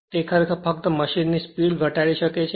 તે ખરેખર ફક્ત મશીનની સ્પીડ ઘટાડી શકે છે